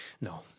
no